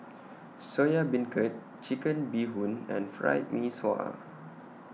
Soya Beancurd Chicken Bee Hoon and Fried Mee Sua